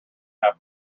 half